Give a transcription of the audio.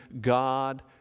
God